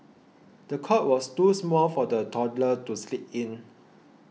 the cot was too small for the toddler to sleep in